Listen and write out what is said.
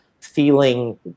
feeling